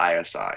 isi